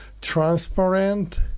transparent